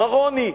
מרוני,